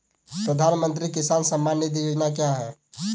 प्रधानमंत्री किसान सम्मान निधि योजना क्या है?